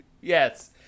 Yes